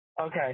okay